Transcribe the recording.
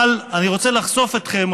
אבל אני רוצה לחשוף אתכם,